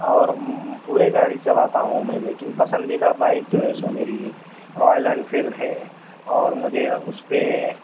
اور پورے گاڑی چلاتا ہوں میں لیکن پسندیدہ بائک جو ہے سو ہے میری لیے رائل انفیلڈ ہے اور مجھے اس پہ